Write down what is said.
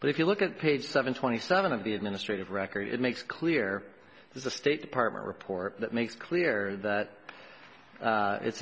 but if you look at page seven twenty seven of the administrative record it makes clear it was a state department report that makes clear that